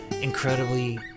incredibly